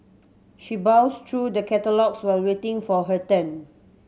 she browsed through the catalogues while waiting for her turn